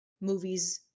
movies